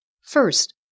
First